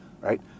right